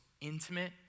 intimate